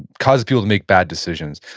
cause people to make bad decisions.